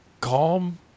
calm